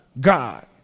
god